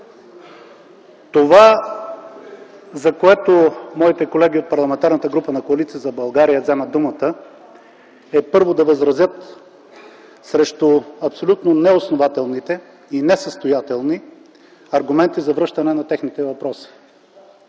Това, за което моите колеги от Парламентарната група на Коалиция за България вземат думата е, първо, да възразят срещу абсолютно неоснователните и несъстоятелни аргументи за връщане на техните въпроси.